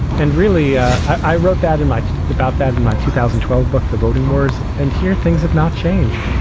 and really, i i wrote that in much about that in my two thousand and twelve book, the voting wars. and here, things have not changed.